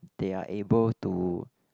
they are able to